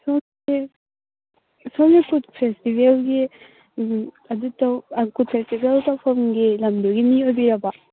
ꯁꯣꯝꯁꯦ ꯀꯨꯠ ꯐꯦꯁꯇꯤꯕꯦꯜꯒꯤ ꯀꯨꯠ ꯐꯦꯁꯇꯤꯕꯦꯜ ꯇꯧꯐꯝꯒꯤ ꯂꯝꯗꯨꯒꯤ ꯃꯤ ꯑꯣꯏꯕꯤꯔꯕꯣ